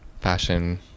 fashion